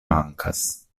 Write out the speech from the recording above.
mankas